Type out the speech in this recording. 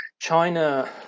China